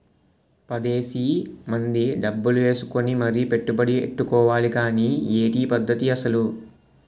పదేసి మంది డబ్బులు ఏసుకుని మరీ పెట్టుబడి ఎట్టుకోవాలి గానీ ఏటి ఈ పద్దతి అసలు?